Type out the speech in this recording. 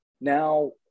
Now